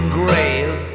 grave